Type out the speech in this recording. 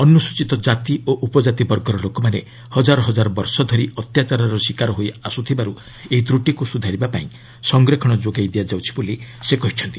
ଅନୁସ୍ଟିତ କାତି ଓ ଉପଜାତି ବର୍ଗର ଲୋକମାନେ ହଜାର ହଜାର ବର୍ଷ ଧରି ଅତ୍ୟାଚାରର ଶିକାର ହୋଇ ଆସୁଥିବାରୁ ଏହି ତ୍ରଟିକୁ ସୁଧାରିବାପାଇଁ ସଂରକ୍ଷଣ ଯୋଗାଇ ଦିଆଯାଉଛି ବୋଲି ସେ କହିଛନ୍ତି